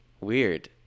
Weird